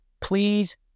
Please